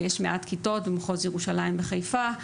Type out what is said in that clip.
ויש מעט כיתות במחוז ירושלים וחיפה.